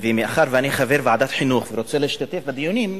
מאחר שאני חבר ועדת החינוך ורוצה להשתתף בדיונים,